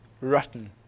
rotten